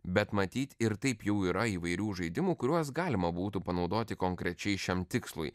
bet matyt ir taip jų yra įvairių žaidimų kuriuos galima būtų panaudoti konkrečiai šiam tikslui